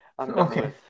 Okay